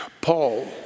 Paul